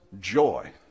joy